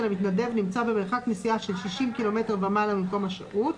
המתנדב נמצא במרחק נסיעה של 60 ק"מ ומעלה ממקום השירות,